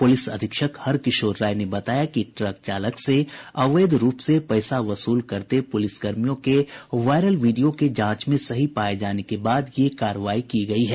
police अधीक्षक हर किशोर राय ने बताया कि ट्रक चालक से अवैध रूप से पैसा वसूल करते पुलिसकर्मियों के वायरल वीडियो के जांच में सही पाए जाने के बाद ये कार्रवाई की गई है